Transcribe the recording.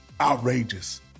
outrageous